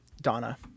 Donna